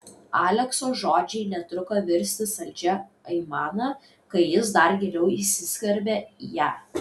alekso žodžiai netruko virsti saldžia aimana kai jis dar giliau įsiskverbė į ją